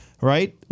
right